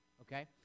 okay